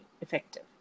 effective